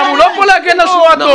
זילבר אתם לא מוכנים שנעשה משפט שדה,